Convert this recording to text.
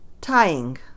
tying